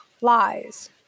lies